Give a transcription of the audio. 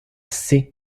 seix